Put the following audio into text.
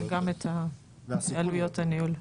וגם את עלויות הניהול.